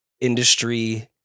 industry